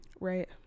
Right